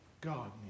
God